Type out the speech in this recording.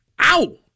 Ow